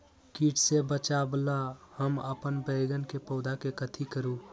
किट से बचावला हम अपन बैंगन के पौधा के कथी करू?